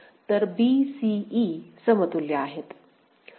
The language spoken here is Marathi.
तर b c e समतुल्य आहेत